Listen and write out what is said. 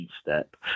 Step